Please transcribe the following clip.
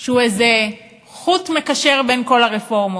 שהוא איזה חוט מקשר בין כל הרפורמות.